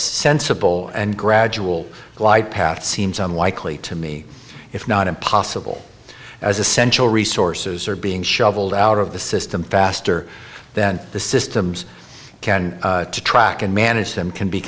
sensible and gradual glide path seems unlikely to me if not impossible as essential resources are being shoveled out of the system faster then the systems can to track and manage them can be